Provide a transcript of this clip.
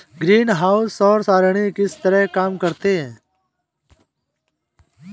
greenhouse सौर सरणी किस तरह काम करते हैं